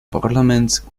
parlaments